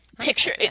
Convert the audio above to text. Picture